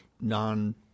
non